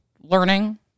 learning